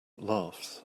laughs